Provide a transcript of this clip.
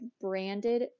branded